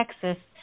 Texas